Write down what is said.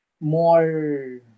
more